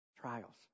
Trials